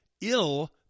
ill